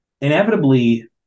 Inevitably